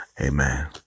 Amen